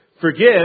Forgive